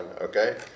okay